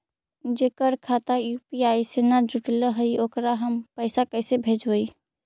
जेकर खाता यु.पी.आई से न जुटल हइ ओकरा हम पैसा कैसे भेजबइ?